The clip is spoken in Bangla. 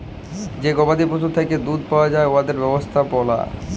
যে গবাদি পশুর থ্যাকে দুহুদ পাউয়া যায় উয়াদের ব্যবস্থাপলা